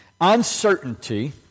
Uncertainty